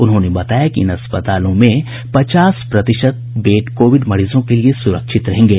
उन्होंने बताया कि इन अस्पतालों में पचास प्रतिशत बेड कोविड मरीजों के लिए सुरक्षित रहेंगे